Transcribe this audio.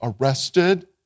arrested